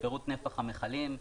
פירוט נפח המכלים,